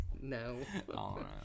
No